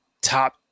top